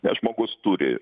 nes žmogus turi